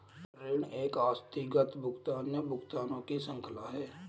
ऋण एक आस्थगित भुगतान, या भुगतानों की श्रृंखला है